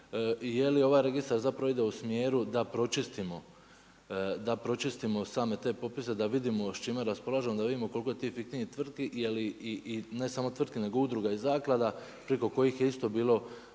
je li ovaj registar zapravo ide u smjeru da pročistimo same ste popise, da vidimo s čime raspolažemo, da vidimo koliko je tih fiktivnih tvrtki, ne samo tvrtki nego udruga i zaklada preko kojih je isto bilo